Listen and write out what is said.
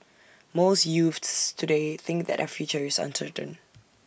most youths today think that their future is uncertain